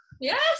Yes